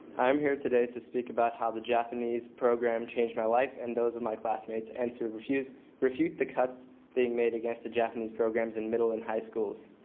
i am here today to speak about how the japanese program changed my life and those of my classmates and to refute refute the cuts being made against the japanese programs in middle and high schools.